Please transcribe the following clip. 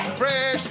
fresh